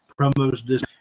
promos